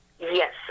Yes